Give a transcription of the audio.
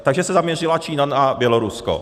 Takže se zaměřila Čína na Bělorusko.